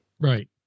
Right